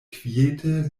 kviete